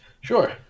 Sure